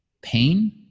pain